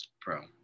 pro